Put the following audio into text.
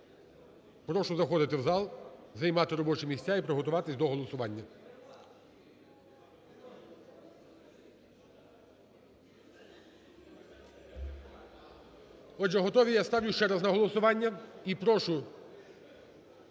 Прошу заходити в зал, займати робочі місця і приготуватися до голосування. Отже, готові? Я ставлю ще раз на голосування, і прошу